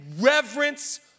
reverence